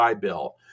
Bill